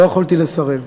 לא יכולתי לסרב.